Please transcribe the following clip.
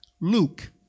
Luke